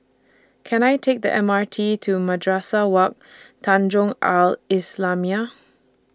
Can I Take The M R T to Madrasah Wak Tanjong Al Islamiah